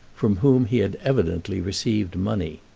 from whom he had evidently received money.